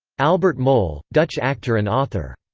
albert mol, dutch actor and author.